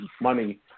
money